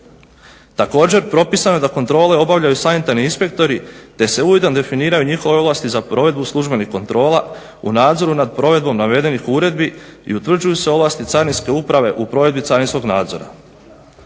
Također propisano je da kontrole obavljaju sanitarni inspektori te se ujedno definiraju njihove ovlasti za provedbu službenih kontrola u nadzoru nad provedbom navedenih uredbi i utvrđuju se ovlasti carinske uprave u provedbi carinskog nadzora.